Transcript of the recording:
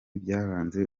byaranze